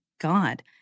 God